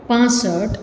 પાંસઠ